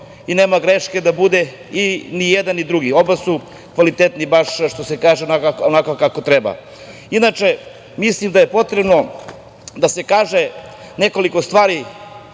i nema greške da bude i jedan i drugi, oba su kvalitetna baš, što se kaže, onako kako treba. Inače, mislim da je potrebno da se kaže nekoliko stvari